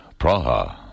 Praha